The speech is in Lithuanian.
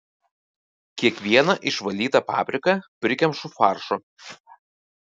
kiekvieną išvalytą papriką prikemšu faršo